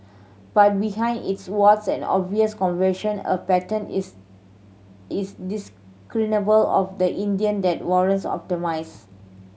but behind its warts and obvious confusion a pattern is is discernible of the India that warrants optimism